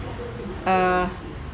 uh